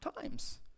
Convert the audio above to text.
times